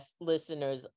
listeners